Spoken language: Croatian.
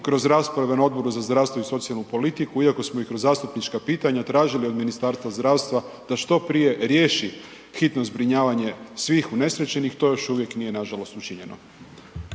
kroz rasprave na Odboru za zdravstvo i socijalnu politiku, iako smo i kroz zastupnička pitanja tražili od Ministarstva zdravstva da što prije riješi hitno zbrinjavanje unesrećenih, to još uvijek nije nažalost učinjeno.